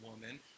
woman